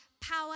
power